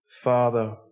father